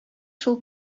шул